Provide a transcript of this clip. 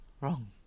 Wrong